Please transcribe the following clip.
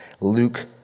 Luke